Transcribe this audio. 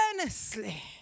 earnestly